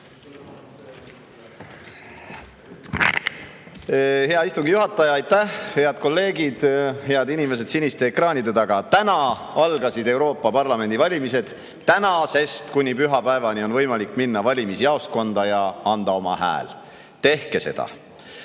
Hea istungi juhataja, aitäh! Head kolleegid! Head inimesed siniste ekraanide taga! Täna algasid Euroopa Parlamendi valimised. Tänasest kuni pühapäevani on võimalik minna valimisjaoskonda ja anda oma hääl. Tehke seda! Aga